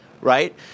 right